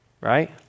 right